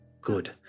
Good